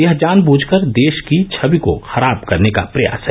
यह जान वूझकर देश की छवि को खराब करने का प्रयास है